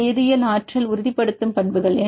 உடல் வேதியியல் ஆற்றல் உறுதிப்படுத்தும் பண்புகள்